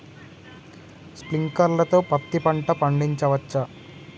Sprinkler తో పత్తి పంట పండించవచ్చా?